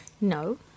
No